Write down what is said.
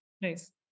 nice